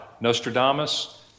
Nostradamus